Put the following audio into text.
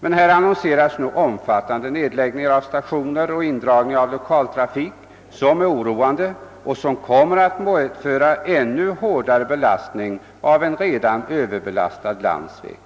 Men här annonseras nu omfattande nedläggningar av stationer och indragningar av lokaltrafiken, som är oroande och som kommer att medföra än hårdare belastning på en redan överbelastad landsväg.